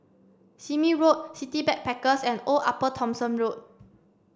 Sime Road City Backpackers and Old Upper Thomson Road